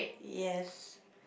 yes